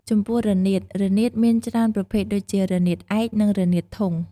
ចំពោះរនាត រនាតមានច្រើនប្រភេទដូចជា រនាតឯក និង រនាតធុង។